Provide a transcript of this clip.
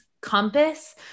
compass